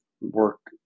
work